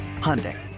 Hyundai